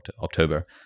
October